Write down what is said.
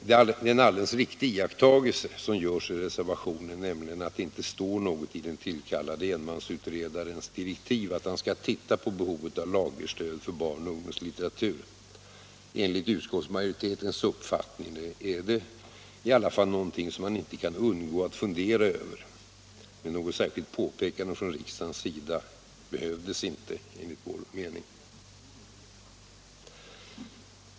Det är en alldeles riktig iakttagelse som görs i reservationen, att det inte står något i den tillkallade enmansutredarens direktiv om att han skall titta på behovet av lagerstöd för barnoch ungdomslitteratur. Enligt utskottsmajoritetens uppfattning är detta dock något som han inte kan undgå att fundera över. Något särskilt påpekande från riksdagens sida behövs inte enligt vår mening.